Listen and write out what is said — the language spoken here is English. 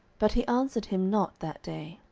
but he answered him not that day.